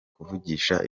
kuvugisha